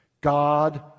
God